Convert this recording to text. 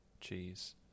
cheese